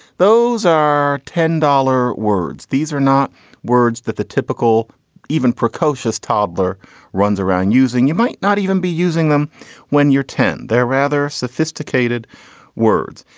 those are ten dollars words. these are not words that the typical even precocious toddler runs around using. you might not even be using them when you're ten. they're rather sophisticated words.